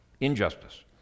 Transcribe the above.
injustice